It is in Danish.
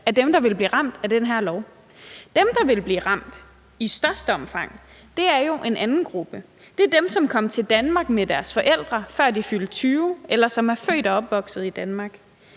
af dem, der vil blive ramt af det her forslag. Dem, der vil blive ramt i størst omfang, er jo en anden gruppe. Det er dem, som kom til Danmark med deres forældre, før de fyldte 20 år, eller som er født og opvokset i Danmark.